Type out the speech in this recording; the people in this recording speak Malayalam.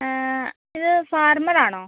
ഇത് ഫാർമർ ആണോ